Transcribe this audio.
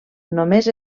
només